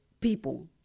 people